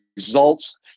results